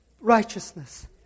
righteousness